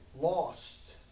lost